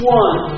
one